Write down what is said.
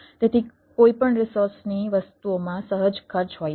તેથી કોઈપણ રિસોર્સની વસ્તુઓમાં સહજ ખર્ચ હોય છે